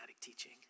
teaching